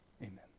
Amen